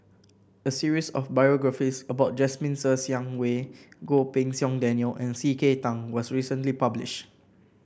a series of biographies about Jasmine Ser Xiang Wei Goh Pei Siong Daniel and C K Tang was recently publish